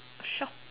shop